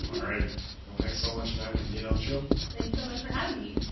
all right, well, thanks so much, matt, for being on the show. thank you so much for having me.